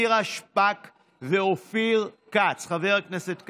נירה שפק ואופיר כץ, חבר הכנסת כץ.